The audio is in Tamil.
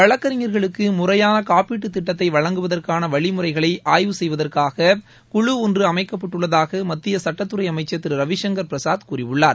வழக்கறிஞர்களுக்கு முறையான காப்பீட்டுத் திட்டத்தை வழங்குவதற்கான வழிமுறைகளை ஆய்வு செய்வதற்காக குழு ஒன்று அமைக்கப்பட்டுள்ளதாக மத்திய சுட்டத்துறை அமைச்சள் திரு ரவிசங்கள் பிரசாத் கூறியுள்ளார்